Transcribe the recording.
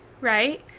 right